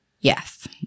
Yes